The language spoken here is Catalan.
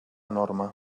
norma